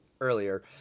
earlier